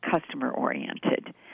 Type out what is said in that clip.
customer-oriented